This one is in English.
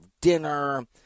dinner